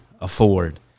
afford